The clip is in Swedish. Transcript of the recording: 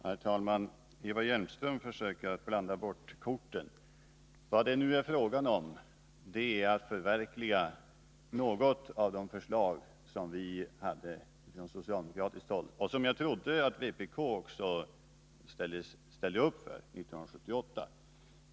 Herr talman! Eva Hjelmström försöker blanda bort korten. Vad det nu är fråga om är att vi skall förverkliga ett av de förslag som vi från socialdemokratiskt håll hade 1978 och som jag trodde att även vpk ställde upp på.